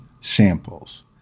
samples